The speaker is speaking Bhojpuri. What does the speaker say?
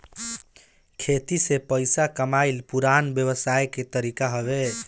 खेती से पइसा कमाइल पुरान व्यवसाय के तरीका हवे